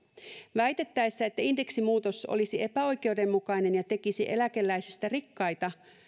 väitettäessä että indeksimuutos olisi epäoikeudenmukainen ja tekisi eläkeläisistä rikkaita